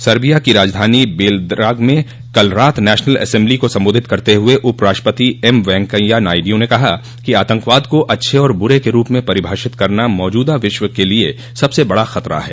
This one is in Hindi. सर्बिया की राजधानी बेलग्राद में कल रात नेशनल एसेम्बली को संबोधित करते हुए उपराष्ट्रपति एम वेंकैया नायडू ने कहा कि आतंकवाद को अच्छे और बुरे के रूप में परिभाषित करना मौजूदा विश्व के लिए सबसे बड़ा खतरा है